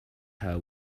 her